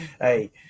Hey